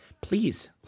please